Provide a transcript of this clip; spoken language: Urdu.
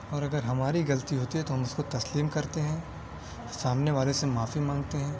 اور اگر ہماری غلطی ہوتی ہے تو ہم اس کو تسلیم کرتے ہیں سامنے والے سے معافی مانگتے ہیں